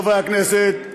חברי הכנסת,